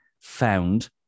found